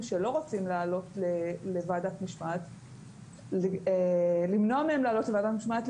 שלא רוצים לעלות לוועדת המשמעת ולמנוע מהם לעלות לוועדת המשמעת,